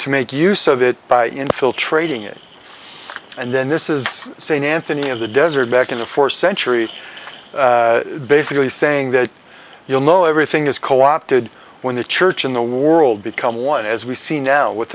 to make use of it by infiltrating it and then this is st anthony of the desert back in the four century basically saying that you'll know everything is co opted when the church in the world become one as we see now with